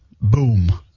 boom